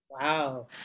Wow